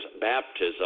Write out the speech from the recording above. baptism